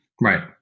Right